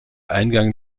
eingang